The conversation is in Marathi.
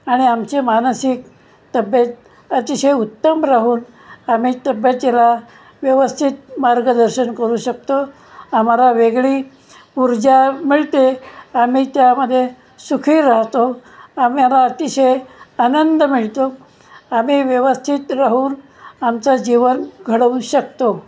आणि आमचे मानसिक तब्येत अतिशय उत्तम राहून आम्ही तब्येतीला व्यवस्थित मार्गदर्शन करू शकतो आम्हाला वेगळी ऊर्जा मिळते आम्ही त्यामध्ये सुखी राहतो आम्हाला अतिशय आनंद मिळतो आम्ही व्यवस्थित राहून आमचं जीवन घडवू शकतो